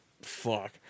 Fuck